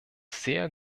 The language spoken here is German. sehr